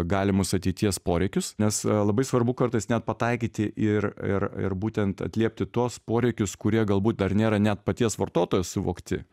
galimus ateities poreikius nes labai svarbu kartais net pataikyti ir ir ir būtent atliepti tuos poreikius kurie galbūt dar nėra net paties vartotojo suvokti